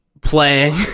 playing